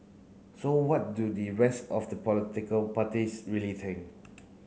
so what do the rest of the political parties really think